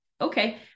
Okay